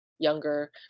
younger